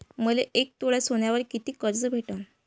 मले एक तोळा सोन्यावर कितीक कर्ज भेटन?